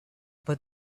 but